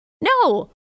No